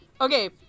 Okay